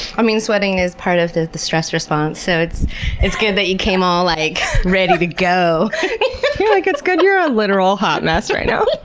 i mean sweating is part of the the stress response, so it's it's good that you came all like ready to go. you're like, it's good you're a literal hot mess right now.